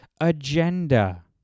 agenda